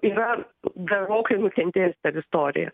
yra gerokai nukentėjęs per istoriją